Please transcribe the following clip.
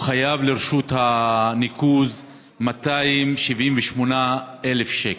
הוא חייב לרשות הניקוז 278,000 שקלים,